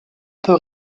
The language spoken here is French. peut